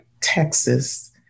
Texas